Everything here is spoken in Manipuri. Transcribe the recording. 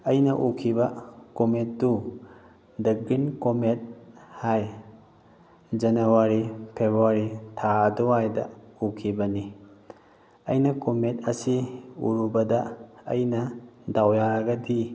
ꯑꯩꯅ ꯎꯈꯤꯕ ꯀꯣꯃꯦꯠꯇꯨ ꯗ ꯒ꯭ꯔꯤꯟ ꯀꯣꯃꯦꯠ ꯍꯥꯏ ꯖꯅꯋꯥꯔꯤ ꯐꯦꯕꯋꯥꯔꯤ ꯊꯥ ꯑꯗꯨꯋꯥꯏꯗ ꯎꯈꯤꯕꯅꯤ ꯑꯩꯅ ꯀꯣꯃꯦꯠ ꯑꯁꯤ ꯎꯔꯨꯕꯗ ꯑꯩꯅ ꯗꯥꯎ ꯌꯥꯔꯒꯗꯤ